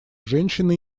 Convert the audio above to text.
женщины